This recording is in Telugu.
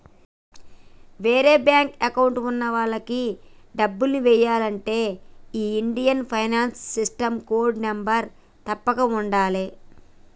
వేరే బ్యేంకు అకౌంట్ ఉన్న వాళ్లకి డబ్బుల్ని ఎయ్యాలంటే ఈ Indian financial system code number తప్పక ఉండాలే